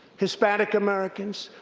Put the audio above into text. hispanic americans,